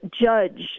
judge